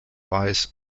weiß